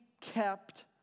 kept